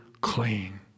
clean